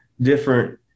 different